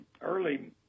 early